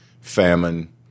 famine